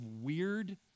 weird